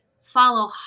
follow